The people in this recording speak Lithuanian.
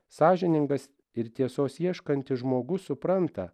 sąžiningas ir tiesos ieškantis žmogus supranta